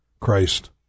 Christ